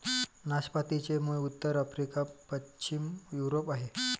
नाशपातीचे मूळ उत्तर आफ्रिका, पश्चिम युरोप आहे